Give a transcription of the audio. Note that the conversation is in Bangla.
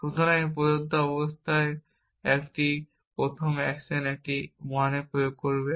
সুতরাং এটি প্রদত্ত অবস্থায় প্রথম অ্যাকশন একটি 1 প্রয়োগ করবে